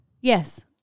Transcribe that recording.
Yes